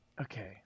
okay